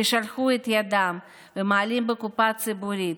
ששלחו את ידם ומעלו בקופה הציבורית,